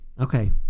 Okay